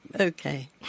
okay